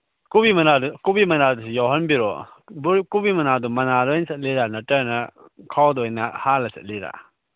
ꯀꯣꯕꯤ ꯃꯅꯥꯗꯣ ꯀꯣꯕꯤ ꯃꯅꯥꯗꯨꯁꯨ ꯌꯥꯎꯍꯟꯕꯤꯔꯛꯑꯣ ꯀꯣꯕꯤ ꯃꯅꯥꯗꯣ ꯃꯅꯥꯗ ꯑꯣꯏꯅ ꯆꯠꯂꯤꯔꯥ ꯅꯠꯇ꯭ꯔꯒꯅ ꯈꯥꯎꯗ ꯑꯣꯏꯅ ꯍꯥꯜꯂ ꯆꯠꯂꯤꯔꯥ